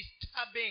disturbing